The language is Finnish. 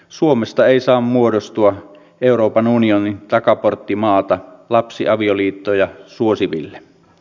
suomesta ei saa muodostua euroopan unionin takaporttimaata lapsiavioliittoja suosiville